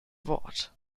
wort